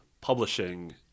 publishing